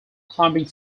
climbing